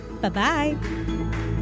Bye-bye